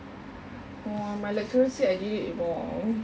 hor my lecturer said I did it wrong